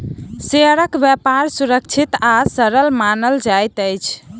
शेयरक व्यापार सुरक्षित आ सरल मानल जाइत अछि